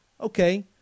okay